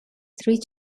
three